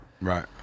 Right